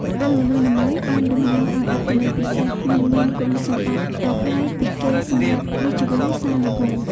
ត្បូងនីមួយៗបានតំណាងឱ្យអត្ថន័យពិសេស និងមានគុណសម្បត្តិដ៏ប្លែកពីគេសម្រាប់រាជវង្សានុវង្ស។